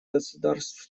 государств